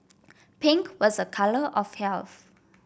pink was a colour of health